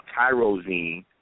tyrosine